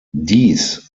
dies